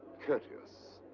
courteous,